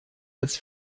als